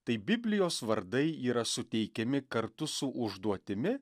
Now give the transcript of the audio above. tai biblijos vardai yra suteikiami kartu su užduotimi